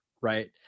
right